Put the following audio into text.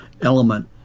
element